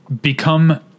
Become